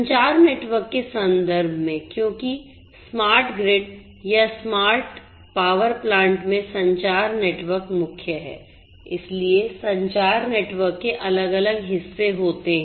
संचार नेटवर्क के संदर्भ में क्योंकि स्मार्ट ग्रिड या स्मार्ट पावर प्लांट में संचार नेटवर्क मुख्य है इसलिए संचार नेटवर्क के अलग अलग हिस्से होते हैं